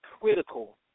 critical